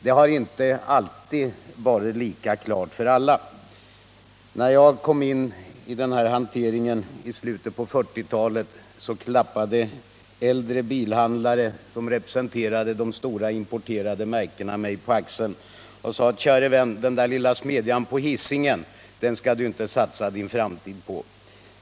Den har inte alltid varit lika klar för alla. När jag kom in i hanteringen i slutet av 1940-talet klappade äldre bilhandlare, som representerade de stora importerade märkena, mig på axeln och sade: Käre vän, den där lilla smedjan på Hisingen skall du inte satsa din framtid på.